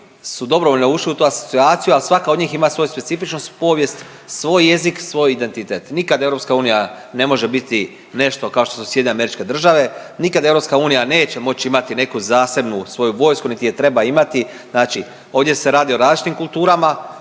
su dobrovoljno ušli u tu asocijaciju, a svaka od njih ima svoju specifičnost, povijest, svoj jezik, svoj identitet. Nikad EU ne može biti nešto kao što su SAD. Nikad EU neće moći imati neku zasebnu svoju vojsku niti je treba imati. Znači ovdje se radi o različitim kulturama